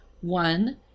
one